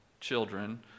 children